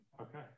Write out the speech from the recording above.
Okay